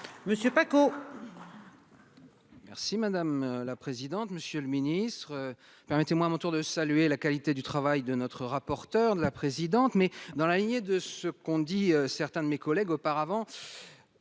Monsieur Paco. Merci madame la présidente. Monsieur le Ministre, permettez-moi, à mon tour de saluer la qualité du travail de notre rapporteure de la présidente, mais dans la lignée de ce qu'on dit certains de mes collègues auparavant.